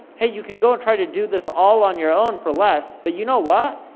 hey, you can go and try to do this all on your own for less, but you know what,